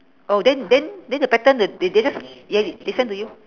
oh then then then the pattern th~ they just they they send to you